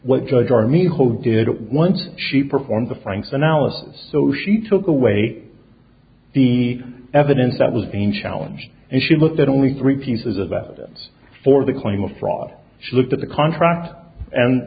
what judge army hope did it once she performed the franks analysis so she took away the evidence that was again challenged and she looked at only three pieces of evidence for the claim of fraud she looked at the contract and